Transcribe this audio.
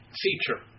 feature